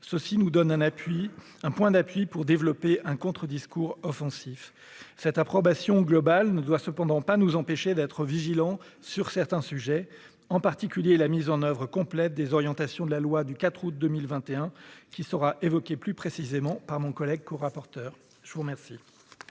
l'APD nous donne un point d'appui pour développer un contre-discours offensif. Cette approbation globale ne doit cependant pas nous empêcher d'être vigilants sur certains sujets, en particulier la mise en oeuvre complète des orientations de la loi du 4 août 2021, qui sera évoquée plus précisément par mon collègue rapporteur pour avis